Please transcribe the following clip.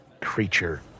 creature